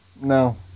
No